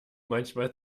manchmal